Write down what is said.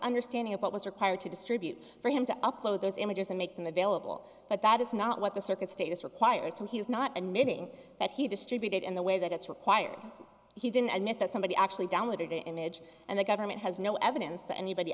understanding of what was required to distribute for him to upload those images and make them available but that is not what the circuit status requires so he's not a knitting that he distributed in the way that it's required he didn't admit that somebody actually downloaded image and the government has no evidence that anybody